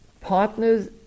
partners